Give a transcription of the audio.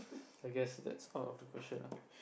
I guess that's out of the question ah